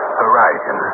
horizon